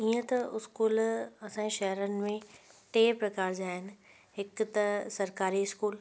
ईअं त स्कूल असांजे शहरनि में टे प्रकार जा आहिनि हिक त सरकारी स्कूल